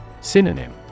Synonym